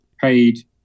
paid